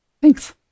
Thanks